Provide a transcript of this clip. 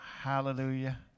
Hallelujah